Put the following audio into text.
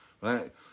right